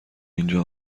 اینجا